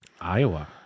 Iowa